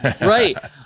Right